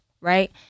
right